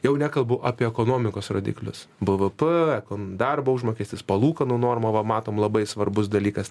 jau nekalbu apie ekonomikos rodiklius b v p ekon darbo užmokestis palūkanų norma va matom labai svarbus dalykas